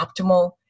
optimal